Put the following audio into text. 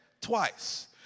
twice